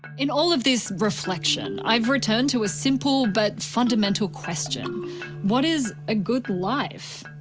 in all of this reflection, i've returned to a simple but fundamental question what is a good life?